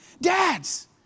Dads